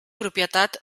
propietat